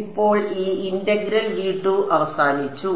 ഇപ്പോൾ ഈ ഇന്റഗ്രൽ അവസാനിച്ചു